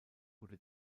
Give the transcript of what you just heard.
wurde